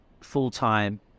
full-time